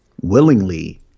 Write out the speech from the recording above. willingly